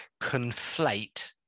conflate